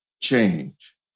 change